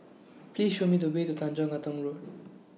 Please Show Me The Way to Tanjong Katong Road